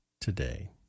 today